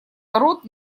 ворот